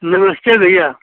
नमस्ते भैया